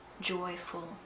joyful